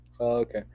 Okay